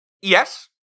Yes